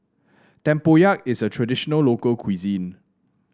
tempoyak is a traditional local cuisine